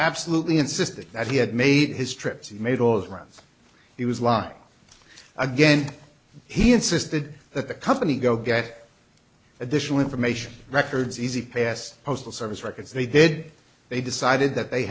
absolutely insisted that he had made his trips he made all friends he was lying again he insisted that the company go get additional information records e z pass postal service records they did they decided that they